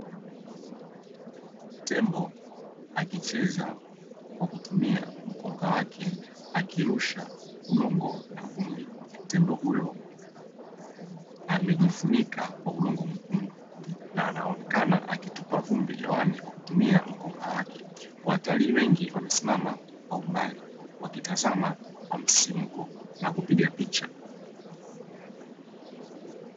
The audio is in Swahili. Tembo akicheza kwa kutumia mkunga wake akirusha udongo na vumbi, tembo huyo amejifunika kwa udongo mwekundu na anaonekana akitupa vumbi hewani kwa kutumia mkonga wake watalii wengi wamesimama kwa umbali wakitazama kwa msisimko na kupiga picha.